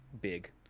big